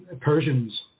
Persians